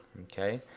okay.